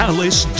Alice